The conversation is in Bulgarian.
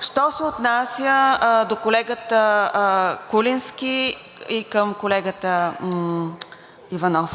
Що се отнася до колегата Куленски и към колегата Иванов.